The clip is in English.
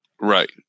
right